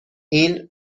این